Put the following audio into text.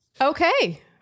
Okay